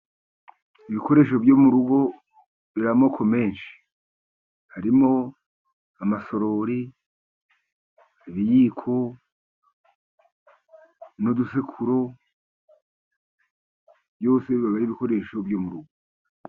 Ibikoresho byo mu rugo by'amoko menshi. Harimo amasorori, ibiyiko n'udusekuru, byose biba ari ibikoresho byo mu rugo.